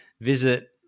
visit